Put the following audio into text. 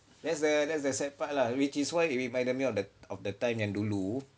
that's the that's the sad part lah which is why it reminded me of the of the time yang dulu